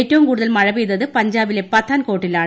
ഏറ്റവും കൂടുതൽ മഴ പെയ്തത് പഞ്ചാബിലെ പഥാൻകോട്ടിലാണ്